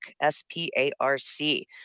S-P-A-R-C